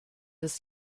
des